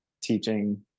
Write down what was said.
teaching